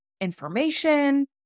information